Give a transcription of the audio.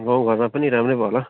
गाउँघरमा पनि राम्रै भयो होला